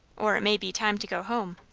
or it may be time to go home.